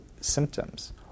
symptoms